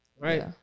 right